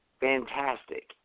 fantastic